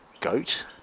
goat